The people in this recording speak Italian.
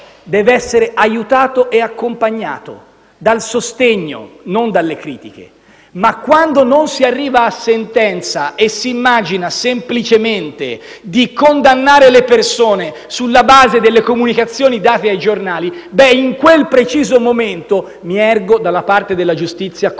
deve essere aiutato e accompagnato dal sostegno e non dalle critiche. Quando però non si arriva a sentenza e si immagina semplicemente di condannare le persone sulla base delle comunicazioni date ai giornali, in quel preciso momento mi ergo dalla parte della giustizia,